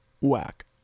Whack